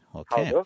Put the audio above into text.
okay